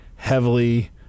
Heavily